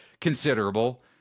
considerable